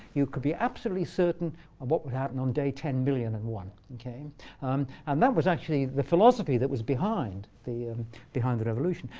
you could be absolutely certain of what would happen on day ten billion and one. and um and that was actually the philosophy that was behind the behind the revolution.